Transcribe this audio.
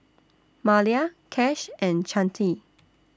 Malia Cash and Chante